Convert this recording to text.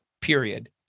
period